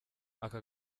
aka